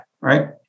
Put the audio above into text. right